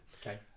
Okay